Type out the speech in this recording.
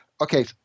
okay